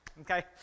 okay